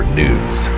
news